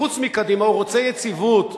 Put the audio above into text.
חוץ מקדימה הוא רוצה יציבות.